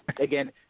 again